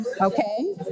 Okay